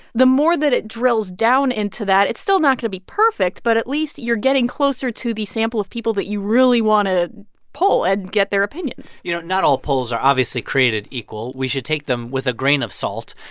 the more that it drills down into that, it's still not going to be perfect, but at least you're getting closer to the sample of people that you really want to poll and get their opinions you know, not all polls are obviously created equal. we should take them with a grain of salt.